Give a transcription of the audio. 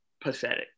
pathetic